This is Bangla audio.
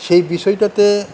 সেই বিষয়টাতে